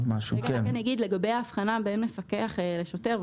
לגבי ההבנה בין מפקח לשוטר.